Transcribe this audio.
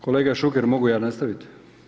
Kolega Šuker mogu ja nastaviti?